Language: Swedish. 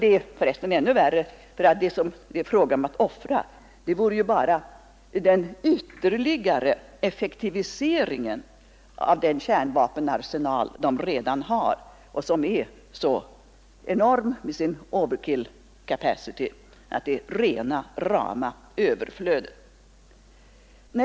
Man är för resten ännu strängare, för vad som skulle offras vore ju bara den ytterligare effektiviseringen av den kärnvapenarsenal som man redan har och som är så enorm i sin overkill capacity att det är rena rama överflödet.